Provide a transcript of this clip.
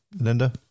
Linda